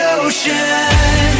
ocean